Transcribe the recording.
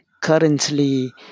currently